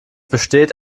besteht